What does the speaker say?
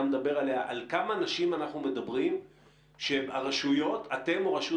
על כמה נשים אנחנו מדברים שאתם או רשות